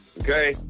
Okay